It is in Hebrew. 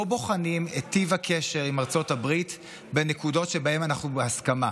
לא בוחנים את טיב הקשר עם ארצות הברית בנקודות שבהן אנחנו בהסכמה.